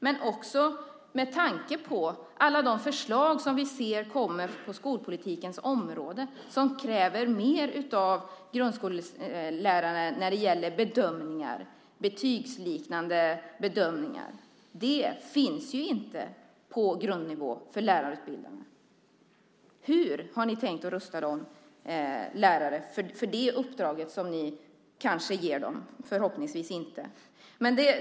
Dessutom ser vi alla de förslag som kommer på skolpolitikens område och som kräver mer av grundskollärare när det gäller bedömningar, betygsliknande bedömningar. Det finns ju inte på grundnivå i lärarutbildningen. Hur har ni tänkt rusta lärare för det uppdraget, som ni kanske ger dem, men förhoppningsvis inte?